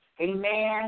Amen